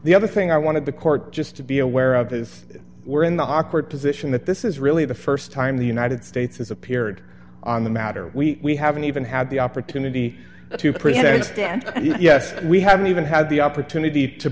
the other thing i wanted the court just to be aware of is we're in the awkward position that this is really the st time the united states has appeared on the matter we haven't even had the opportunity to present a stand yes we haven't even had the opportunity to